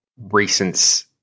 recent